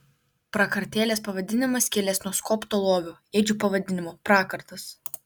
prakartėlės pavadinimas kilęs nuo skobto lovio ėdžių pavadinimo prakartas